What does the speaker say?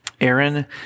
Aaron